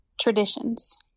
Traditions